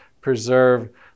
preserve